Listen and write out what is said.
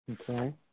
Okay